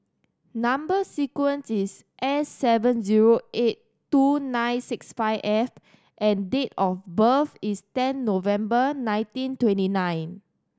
number sequence is S seven zero eight two nine six five F and date of birth is ten November nineteen twenty nine